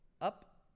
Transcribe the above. up